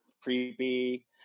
creepy